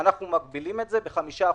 אנחנו מגבילים את זה בחמישה אחוזים,